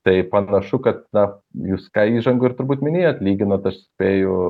tai panašu kad na jūs ką įžangoj ir turbūt minėjot lyginot aš spėju